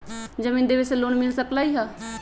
जमीन देवे से लोन मिल सकलइ ह?